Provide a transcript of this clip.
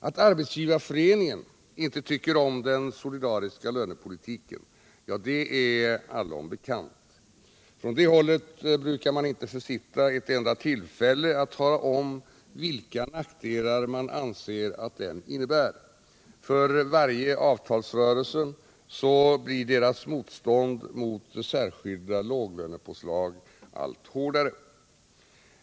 Att Arbetsgivareföreningen inte tycker om den solidariska lönepolitiken är allom bekant. Från det hållet brukar man inte försitta ett enda tillfälle att tala om vilka nackdelar man anser att den innebär. För varje avtalsrörelse blir arbetsgivarnas motstånd mot särskilda låglönepåslag allt hårdare.